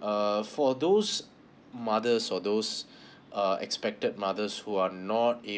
uh for those mothers or those uh expected mothers who are not able